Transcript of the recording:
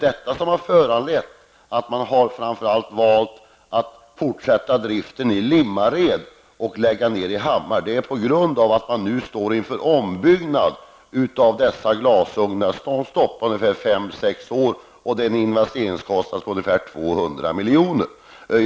Det som föranlett att man har valt att fortsätta driften i framför allt Limmared och lägga ner den i Hammar är att man står inför en ombyggnad av dessa glasugnar som håller ungefär fem sex år. Det är en investeringskostnad på ungefär 200 milj.kr.